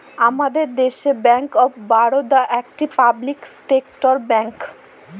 আমাদের দেশে bank of Baroda একটি পাবলিক সেক্টর ব্যাঙ্ক